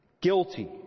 guilty